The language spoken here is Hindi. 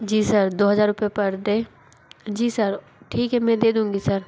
जी सर दो हजार रुपये पर डे जी सर ठीक है मैं दे दूँगी सर